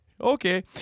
Okay